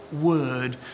word